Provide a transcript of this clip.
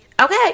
Okay